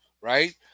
right